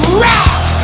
rock